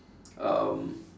um